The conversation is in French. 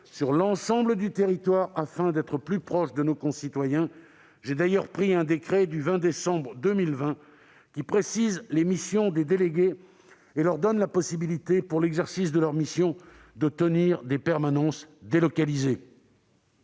sur l'ensemble du territoire, afin d'être plus proche de nos concitoyens. J'ai d'ailleurs pris, le 21 décembre 2020, un décret qui précise les missions des délégués et leur donne la possibilité, pour l'exercice de leurs missions, de tenir des permanences délocalisées.